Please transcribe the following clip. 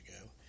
ago